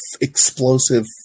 explosive